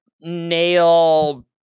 nail